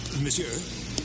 Monsieur